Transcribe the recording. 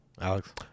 alex